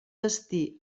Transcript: destí